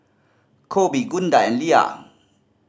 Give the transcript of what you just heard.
Koby Gunda and Lea